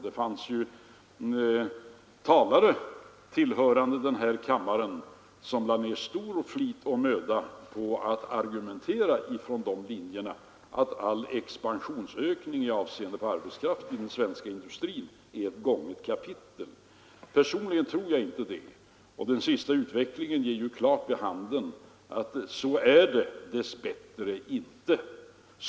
Det fanns talare tillhörande denna kammare som lade stor flit och möda på att argumentera efter linjen att all expansionsökning avseende arbetskraften inom den svenska industrin är ett avslutat kapitel. Personligen tror jag inte det, och den senaste utvecklingen ger klart vid handen att det dess bättre inte är så.